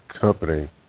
company